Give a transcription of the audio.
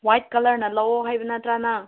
white ꯀꯂꯔꯅ ꯂꯧꯋꯣ ꯍꯥꯏꯕ ꯅꯠꯇ꯭ꯔꯥ ꯅꯪ